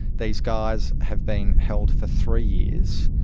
these guys have been held for three years,